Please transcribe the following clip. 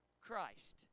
Christ